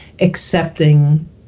accepting